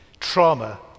trauma